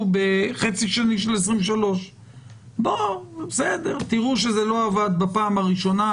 בחצי השני של 2023. אם תראו שזה לא עבד בפעם הראשונה,